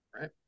Right